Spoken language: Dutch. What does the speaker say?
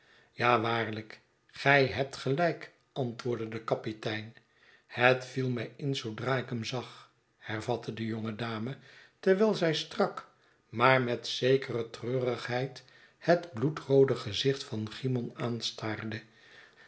ja waarlijk gij hebt gelijk antwoordde de kapitein het viel mij in zoodra ik hem zag hervatte de jonge dame terwijl zij strak maar met zekere treurigheid het bloedroode gezicht van cymon aanstaarde